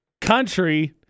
country